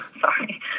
sorry